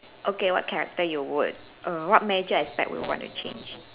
okay what character you would err what major aspect would you want to change